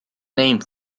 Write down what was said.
named